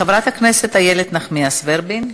חברת הכנסת איילת נחמיאס ורבין.